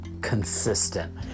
consistent